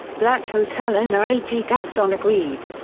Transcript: black hotel owner a. g. gaston agreed.